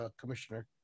Commissioner